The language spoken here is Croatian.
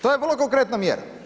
To je vrlo konkretna mjera.